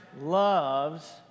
loves